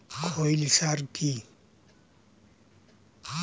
খৈল সার কি?